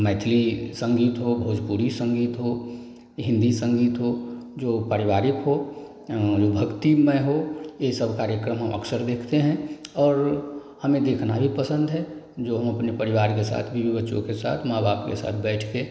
मैथिली संगीत हो भोजपुरी संगीत हो हिन्दी संगीत हो जो पारिवारिक हो जो भक्तिमय हो ये सब कार्यक्रम हम अक्सर देखते हैं और हमें देखना भी पसंद है जो हम अपने परिवार के साथ बीवी बच्चों के साथ माँ बाप के साथ बैठ के